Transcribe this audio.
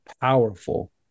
powerful